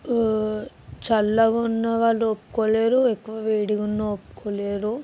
చల్లగా ఉన్న వాళ్ళు ఒప్పుకోలేరు ఎక్కువ వేడిగా ఉన్న ఒప్పుకోలేరు